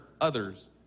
others